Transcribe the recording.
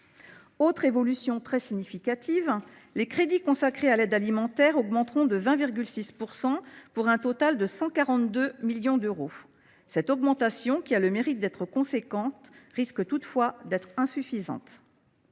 Autre évolution très significative, les crédits consacrés à l’aide alimentaire augmenteront de 20,6 %, pour un total de 142 millions d’euros. Cette augmentation, qui a le mérite d’être importante, risque toutefois d’être insuffisante.